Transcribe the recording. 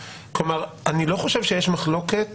כלומר, אני לא חושב שיש מחלוקת